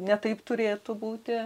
ne taip turėtų būti